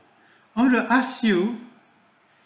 I want to ask you